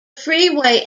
freeway